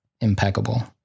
impeccable